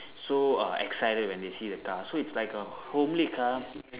so uh excited when they see the car so it's like a homely car